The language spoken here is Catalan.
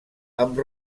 amb